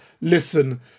listen